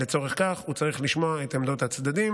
לצורך זה הוא צריך לשמוע את עמדות הצדדים